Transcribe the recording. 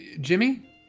Jimmy